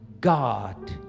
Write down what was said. God